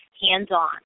hands-on